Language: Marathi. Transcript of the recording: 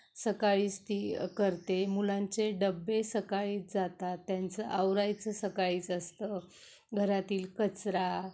सकाळीच ती करते मुलांचे डबे सकाळीच जातात त्यांचं आवरायचं सकाळीच असतं घरातील कचरा